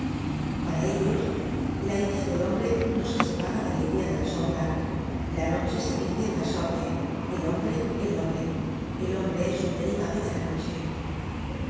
para ellos la idea del hombre no se separa de la idea de la sombra la noche se dice la sorgue el hombre el orgue el hombre es un derivado de la noche